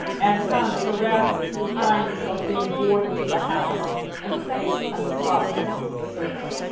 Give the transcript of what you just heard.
and thomas erastus would find himself being borne into the house and placed on the softest sofa.